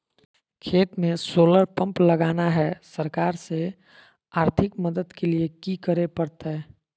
खेत में solar pump लगाना है, सरकार से आर्थिक मदद के लिए की करे परतय?